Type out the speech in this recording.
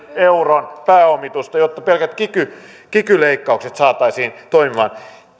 euron pääomitusta jotta pelkät kiky kiky leikkaukset saataisiin toimimaan